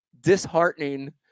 disheartening